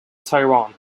tyrone